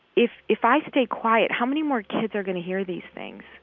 if if i stay quiet, how many more kids are going to hear these things,